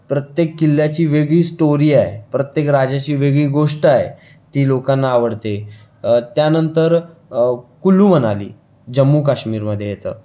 प्रत्येक किल्ल्याची वेगळी स्टोरी आहे प्रत्येक राजाची वेगळी गोष्ट आहे ती लोकांना आवडते त्यानंतर कुल्लू मनाली जम्मू काश्मीरमध्ये येतं